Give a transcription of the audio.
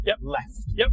left